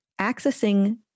accessing